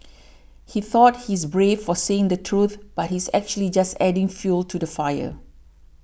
he thought he's brave for saying the truth but he's actually just adding fuel to the fire